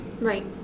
Right